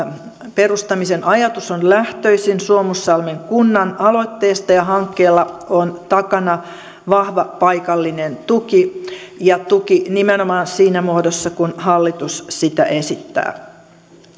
perustamisen ajatus on lähtöisin suomussalmen kunnan aloitteesta ja hankkeella on takana vahva paikallinen tuki ja tuki nimenomaan siinä muodossa kuin hallitus sitä esittää